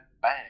bang